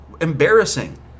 embarrassing